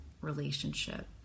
relationship